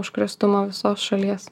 užkrėstumą visos šalies